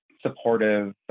supportive